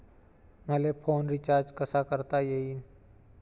मले phone recharge कसा करता येईन?